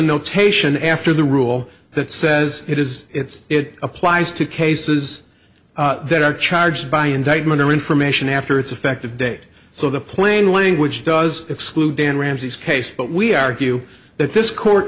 notation after the rule that says it is it's it applies to cases that are charged by indictment or information after it's effective date so the plain language does exclude dan ramsey's case but we argue that this court